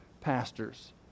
pastors